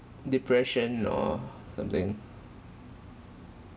depression or something